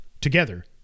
together